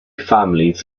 families